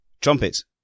Trumpets